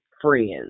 friends